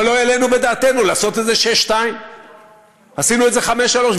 אבל לא העלינו בדעתנו לעשות את זה 2:6. עשינו את זה 3:5,